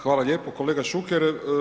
Hvala lijepo kolega Šuker.